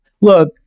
look-